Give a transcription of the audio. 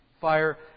fire